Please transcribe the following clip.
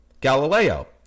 Galileo